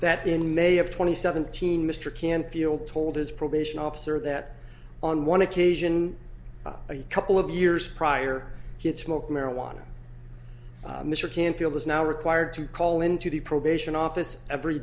that in may have twenty seventeen mr canfield told his probation officer that on one occasion a couple of years prior to get smoked marijuana mr canfield is now required to call into the probation office every